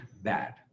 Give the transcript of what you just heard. bad